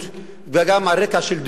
גם על רקע של אטימות,